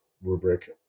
rubric